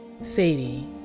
Sadie